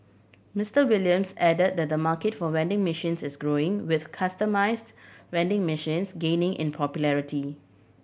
Mister Williams added that the market for vending machines is growing with customised vending machines gaining in popularity